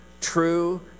true